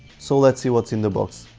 so let's see what's in the box!